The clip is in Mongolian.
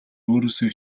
өөрөөсөө